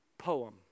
poem